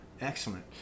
excellent